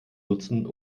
nutzen